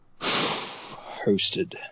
Hosted